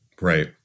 Right